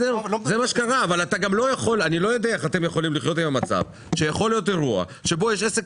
אני לא יודע איך אתם יכולים לחיות עם המצב שיכול להיות אירוע שבו יש עסק